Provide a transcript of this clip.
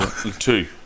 Two